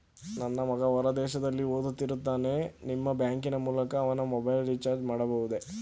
ನನ್ನ ಮಗ ಹೊರ ದೇಶದಲ್ಲಿ ಓದುತ್ತಿರುತ್ತಾನೆ ನಿಮ್ಮ ಬ್ಯಾಂಕಿನ ಮೂಲಕ ಅವನ ಮೊಬೈಲ್ ರಿಚಾರ್ಜ್ ಮಾಡಬಹುದೇ?